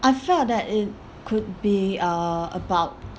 I felt that it could be uh about